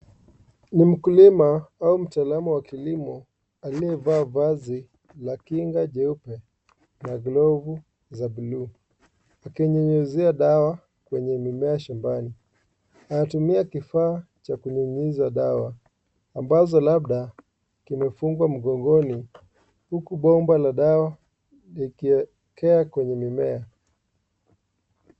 Ni mkulima au mtaalamu wa kilimo, aliye vaa vazi la Kinga jeupe na glovu za buluu. Akinyunyizia dawa kwenye mimea shambani. Anatumia kifaa Cha kunyunyiza dawa ambazo labda kumefungwa mgongoni. Huku bomba la dawa ikiwekea kwenye mimea.